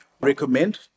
recommend